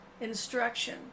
instruction